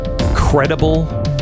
credible